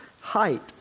height